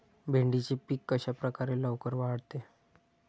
भेंडीचे पीक कशाप्रकारे लवकर वाढते?